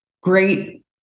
great